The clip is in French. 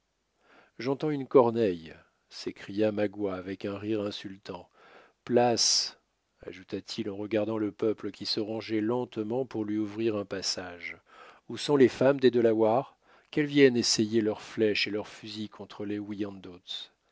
j'entends une corneille s'écria magua avec un rire insultant place ajouta-t-il en regardant le peuple qui se rangeait lentement pour lui ouvrir un passage où sont les femmes des delawares qu'elles viennent essayer leurs flèches et leurs fusils contre les